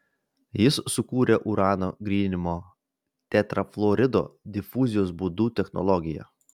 jis sukūrė urano gryninimo tetrafluorido difuzijos būdu technologiją